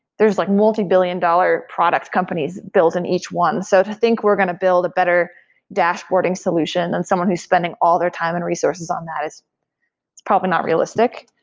there's like multibillion dollar product companies builds in each one. so to think we're going to build a better dashboarding solution and someone who's spending all their time and resources on that is probably not realistic.